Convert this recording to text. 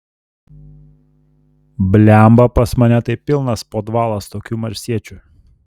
blemba pas mane tai pilnas podvalas tokių marsiečių